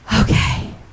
okay